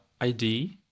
ID